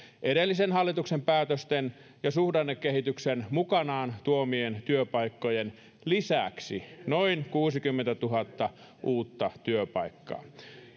edellisen hallituksen päätösten ja suhdannekehityksen mukanaan tuomien työpaikkojen lisäksi noin kuusikymmentätuhatta uutta työpaikkaa